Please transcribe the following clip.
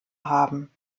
haben